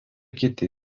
kiti